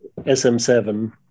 SM7